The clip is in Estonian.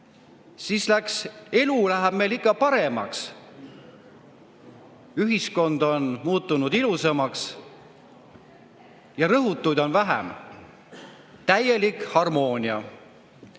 siis elu läheb meil ikka paremaks. Ühiskond on muutunud ilusamaks ja rõhutuid on vähem, täielik harmoonia.